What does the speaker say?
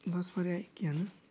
बास भाराया एखेयानो